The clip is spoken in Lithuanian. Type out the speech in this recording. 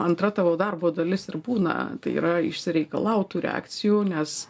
antra tavo darbo dalis ir būna tai yra išsireikalaut tų reakcijų nes